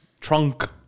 trunk